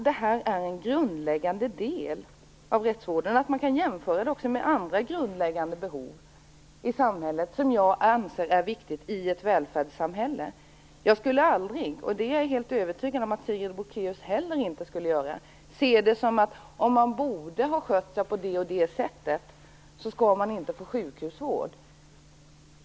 Detta är en grundläggande del av rättsvården, att jämföra med andra grundläggande behov i samhället som jag anser är viktiga i ett välfärdssamhälle. Jag skulle aldrig, och jag är övertygad om att det också gäller Sigrid Bolkéus, se detta så att man "borde" ha skött sig på det ena eller det andra sättet. I annat fall får man inte sjukhusvård.